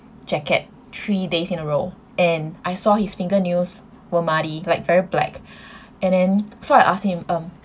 jacket three days in a row and I saw his fingernails were muddy like very black and then so I asked him um